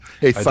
hey